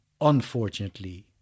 unfortunately